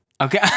Okay